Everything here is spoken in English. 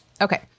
Okay